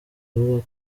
avuga